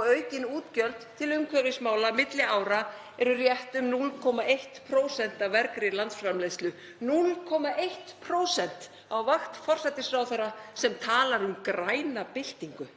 og aukin útgjöld til umhverfismála á milli ára eru rétt um 0,1% af vergri landsframleiðslu. 0,1% á vakt forsætisráðherra sem talar um græna byltingu.